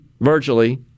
virtually